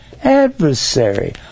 adversary